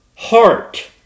heart